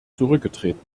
zurückgetreten